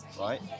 right